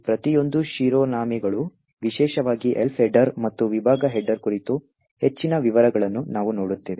ಈ ಪ್ರತಿಯೊಂದು ಶಿರೋನಾಮೆಗಳು ವಿಶೇಷವಾಗಿ Elf ಹೆಡರ್ ಮತ್ತು ವಿಭಾಗ ಹೆಡರ್ ಕುರಿತು ಹೆಚ್ಚಿನ ವಿವರಗಳನ್ನು ನಾವು ನೋಡುತ್ತೇವೆ